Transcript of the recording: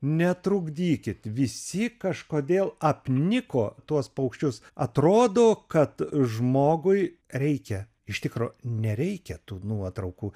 netrukdykit visi kažkodėl apniko tuos paukščius atrodo kad žmogui reikia iš tikro nereikia tų nuotraukų